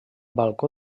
balcó